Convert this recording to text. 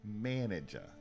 manager